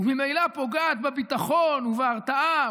וממילא פוגעת בביטחון ובהרתעה,